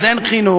אז אין חינוך,